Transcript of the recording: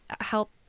help